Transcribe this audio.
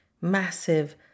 massive